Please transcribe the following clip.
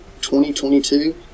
2022